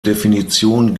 definition